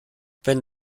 wenn